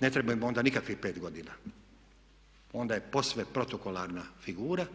Ne treba im onda nikakvih 5 godina, onda je posve protokolarna figura